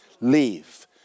Leave